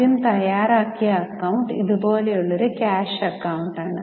ആദ്യം തയ്യാറാക്കിയ അക്കൌണ്ട് ഇതുപോലെയുള്ള ക്യാഷ് അക്കൌണ്ടാണ്